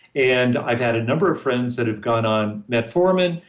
and i've had a number of friends that have gone on metformin,